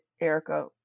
Erica